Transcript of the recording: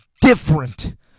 different